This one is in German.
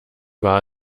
war